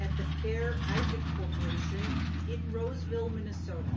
at the fair isaac corporation in roseville, minnesota.